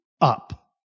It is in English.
up